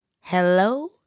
Hello